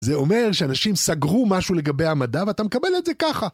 זה אומר שאנשים סגרו משהו לגבי המדע ואתה מקבל את זה ככה